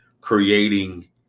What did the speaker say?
creating